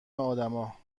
آدما